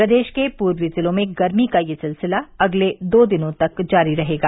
प्रदेश के पूर्वी जिलों में गर्मी का यह सिलसिला दो तीन दिनों तक जारी रहेगा